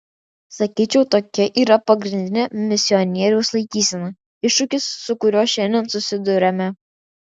sakyčiau tokia yra pagrindinė misionieriaus laikysena iššūkis su kuriuo šiandien susiduriame